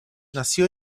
nació